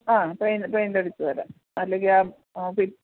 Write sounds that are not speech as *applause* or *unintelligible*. ആ paint paint അടിച്ച് തരാം അല്ലെങ്കിൽ ആ *unintelligible*